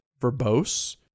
verbose